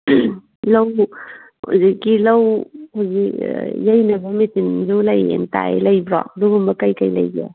ꯂꯧ ꯍꯧꯖꯤꯛꯀꯤ ꯂꯧ ꯍꯧꯖꯤꯛ ꯌꯩꯅꯕ ꯃꯦꯆꯤꯟꯁꯨ ꯂꯩꯌꯦꯅ ꯇꯥꯏꯌꯦ ꯂꯩꯕꯔꯣ ꯑꯗꯨꯒꯨꯝꯕ ꯀꯔꯤ ꯀꯔꯤ ꯂꯩꯒꯦ